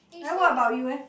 then what about you leh